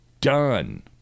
done